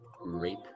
Rape